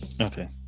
okay